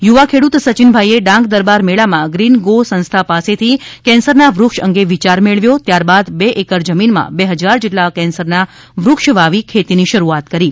યુવા ખેડૂત સચિનભાઇએ ડાંગ દરબાર મેળામાં ગ્રીન ગો સંસ્થા પાસેથી કેન્સરના વૃક્ષ અંગે વિચાર મેળવ્યો ત્યારબાદ બે એકર જમીનમાં બે હજાર જેટલા કેન્સરના વૃક્ષ વાવી ખેતીની શરૂઆત કરી છે